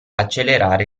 accelerare